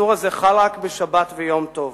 האיסור הזה חל רק בשבת וביום טוב.